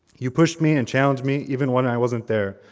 you pushed me and challenged me, even when i wasn't there,